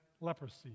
leprosy